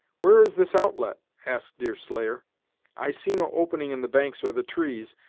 where is this outlet? asked deerslayer i see no opening in the banks or the trees,